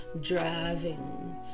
driving